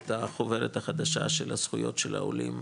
את החוברת החדשה של הזכויות של העולים,